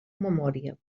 memòria